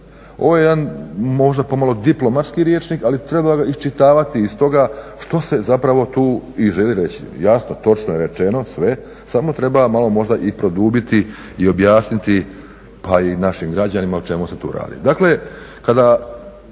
Ovo je jedan možda pomalo diplomatski rječnik ali treba iščitavati iz toga što se tu i želi reći. Jasno točno je rečeno sve samo treba možda malo produbiti i objasniti našim građanima o čemu se tu radi.